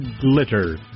glitter